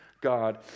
God